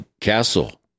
castle